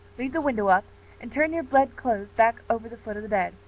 leave the window up and turn your bedclothes back over the foot of the bed.